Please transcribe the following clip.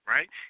Right